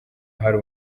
hari